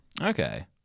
Okay